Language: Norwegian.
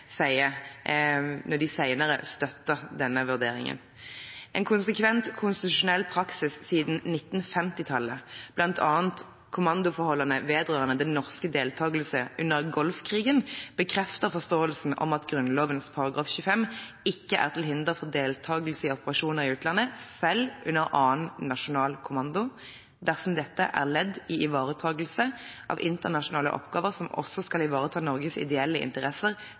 de senere støttet denne vurderingen. I betenkningen heter det: «En konsekvent konstitusjonell praksis siden 1950-tallet, blant annet kommandoforholdene vedrørende den norske deltakelsen under Golf-krigen, bekrefter forståelsen om at Grunnloven § 25 ikke er til hinder for deltakelse i operasjoner i utlandet, selv under annen nasjonal kommando, dersom dette er ledd til ivaretakelse av internasjonale oppgaver som også skal ivareta Norges ideelle interesser